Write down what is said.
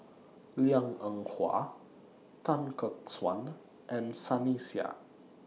Liang Eng Hwa Tan Gek Suan and Sunny Sia